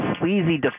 sleazy